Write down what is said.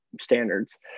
standards